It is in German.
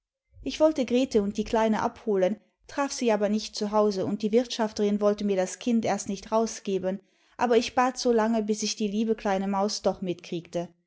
ich wollte grete und die kleine abholen traf sie aber nicht zu hause und die wirtschafterin wollte mir das kind erst nicht rausgeben aber ich bat solange bis ich die liebe kleine maus doch mitkriegte